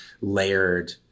layered